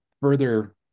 further